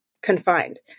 confined